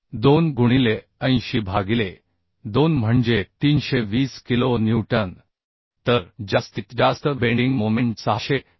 2 गुणिले 80 भागिले 2 म्हणजे 320 किलो न्यूटन तर जास्तीत जास्त बेंडिंग मोमेंट 672